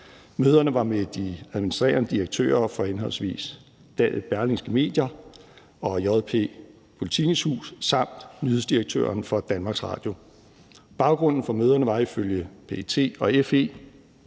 Møderne var med de administrerende direktører for henholdsvis Berlingske Media og JP/Politikens Hus samt nyhedsdirektøren for DR. Baggrunden for møderne var ifølge PET og FE,